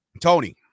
Tony